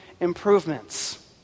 improvements